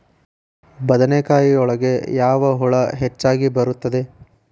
ಬದನೆಕಾಯಿ ಒಳಗೆ ಯಾವ ಹುಳ ಹೆಚ್ಚಾಗಿ ಬರುತ್ತದೆ?